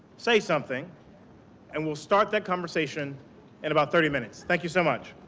say something and we'll start that conversation in about thirty minutes. thank you so much.